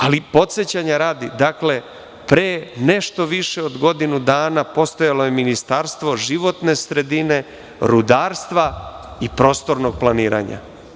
Ali podsećanja radi, dakle, pre nešto više od godinu dana postojalo je Ministarstvo životne sredine, rudarstva i prostornog planiranja.